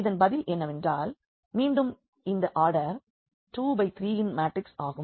இதன் பதில் என்னவென்றால் மீண்டும் இந்த ஆடர் 2×3 இன் மேட்ரிக்ஸ் ஆகும்